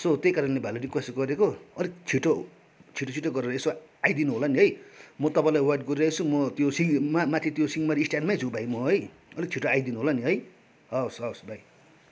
so त्यही कारणले भाइलाई रिक्वेस्ट गरेको अलिक छिटो छिटो छिटो गरेर यसो आइदिनु होला नि है म तपाईँलाई वेट गरिरहेछु म त्यो सि मा माथि त्यो सिंहबारी स्ट्यान्डमै छु भाइ म है काम अलि छिटो आइदिनु होला है हवस् हवस् भाइ